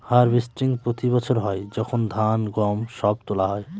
harvesting প্রতি বছর হয় যখন ধান, গম সব তোলা হয়